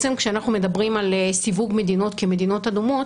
כשאנחנו מדברים על סיווג מדינות כמדינות אדומות